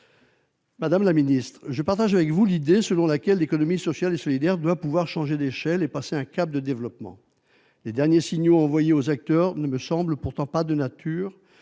de cette structure. Je partage avec vous l'idée selon laquelle l'économie sociale et solidaire doit pouvoir changer d'échelle et passer un cap de développement. Les derniers signaux envoyés aux acteurs ne me semblent pourtant pas de nature